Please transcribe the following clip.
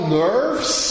nerves